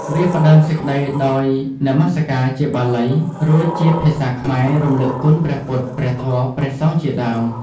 វាផ្តើមសេចក្តីដោយនមស្ការជាបាលី រួចជាភាសាខ្មែររំលឹកគុណព្រះពុទ្ធ ព្រះធម៌ ព្រះសង្ឃជាដើម។